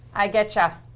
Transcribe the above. i get you.